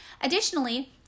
Additionally